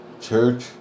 Church